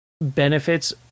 benefits